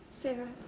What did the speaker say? Sarah